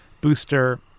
booster